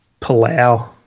Palau